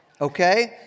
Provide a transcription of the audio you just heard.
Okay